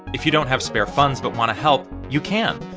if you don't have spare funds but want to help, you can.